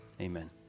amen